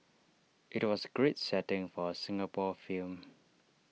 IT was A great setting for A Singapore film